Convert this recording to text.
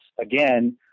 Again